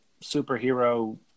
superhero